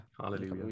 Hallelujah